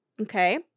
okay